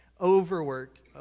overworked